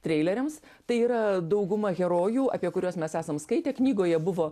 treileriams tai yra dauguma herojų apie kuriuos mes esam skaitę knygoje buvo